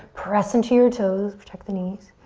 press into your toes. protect the knees.